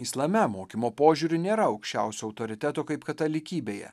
islame mokymo požiūriu nėra aukščiausio autoriteto kaip katalikybėje